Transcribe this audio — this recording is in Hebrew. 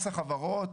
מס החברות?